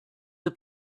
the